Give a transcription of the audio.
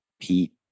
Pete